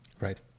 Right